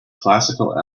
classical